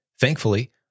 thankfully